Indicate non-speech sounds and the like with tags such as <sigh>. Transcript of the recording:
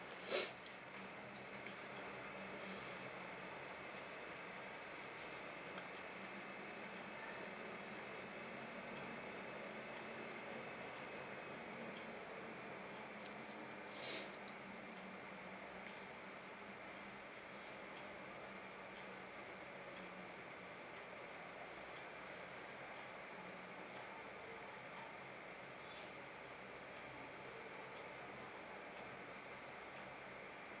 <breath> <breath>